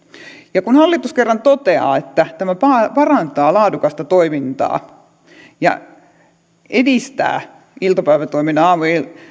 ja kun hallitus kerran toteaa että tämä parantaa laadukasta toimintaa ja edistää aamu ja iltapäivätoiminnan